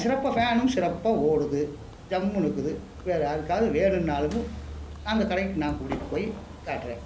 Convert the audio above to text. சிறப்பாக ஃபேனும் சிறப்பாக ஓடுது ஜம்னு இருக்குது வேறு யாருக்காவது வேணுனாலும் அந்த கடைக்கு நான் கூட்டிகிட்டு போய் காட்டுகிறேன்